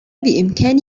بإمكان